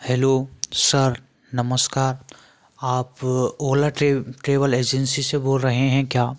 hello sir नमस्कार आप Ola travel agency से बोल रहें हैं क्या